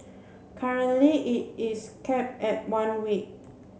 currently it is cap at one week